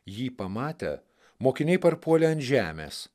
jį pamatę mokiniai parpuolė ant žemės